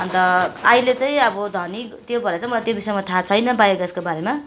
अन्त अहिले चाहिँ अब धनी त्यो भएर चाहिँ मलाई त्यो विषयमा थाहा छैन बायो ग्यासको बारेमा